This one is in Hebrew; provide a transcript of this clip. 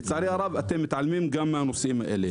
לצערי הרב, אתם מתעלמים גם מהנושאים האלה.